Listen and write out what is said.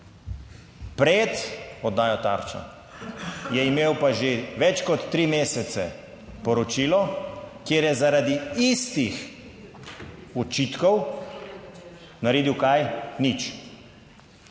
Pred oddajo Tarča je imel pa že več kot tri mesece poročilo, kjer je zaradi istih očitkov naredil kaj? Nič.